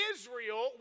Israel